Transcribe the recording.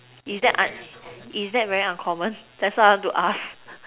is that is that very uncommon that's what I want to ask